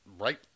right